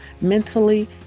mentally